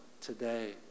today